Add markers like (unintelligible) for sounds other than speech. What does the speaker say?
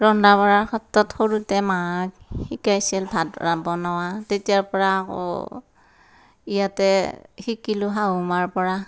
ৰন্ধা বঢ়াৰ ক্ষেত্ৰত সৰুতে মাক শিকাইছিল ভাত (unintelligible) বনোৱা তেতিয়াৰপৰা আকৌ ইয়াতে শিকিলোঁ শাহুমাৰপৰা